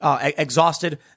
Exhausted